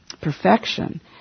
perfection